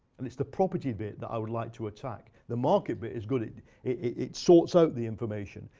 and it's the property bit that i would like to attack. the market bit is good. it it sorts out the information.